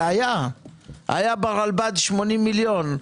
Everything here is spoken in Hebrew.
היה ברלב"ד 80 מיליון.